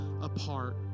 apart